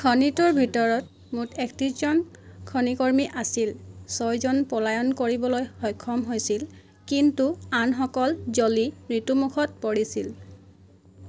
খনিটোৰ ভিতৰত মুঠ একত্ৰিছজন খনিকৰ্মী আছিল ছয়জন পলায়ন কৰিবলৈ সক্ষম হৈছিল কিন্তু আনসকল জ্বলি মৃত্যুমুখত পৰিছিল